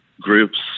groups